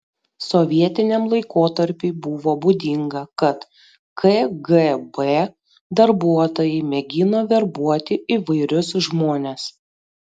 sovietiniam laikotarpiui buvo būdinga kad kgb darbuotojai mėgino verbuoti įvairius žmones